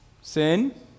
Sin